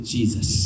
Jesus